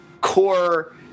core